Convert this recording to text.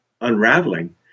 unraveling